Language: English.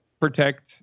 protect